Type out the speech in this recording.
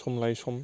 सम लायै सम